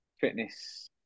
fitness